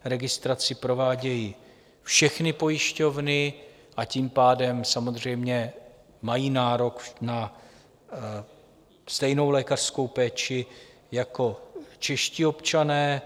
Registraci provádějí všechny pojišťovny, a tím pádem samozřejmě mají nárok na stejnou lékařskou péči jako čeští občané.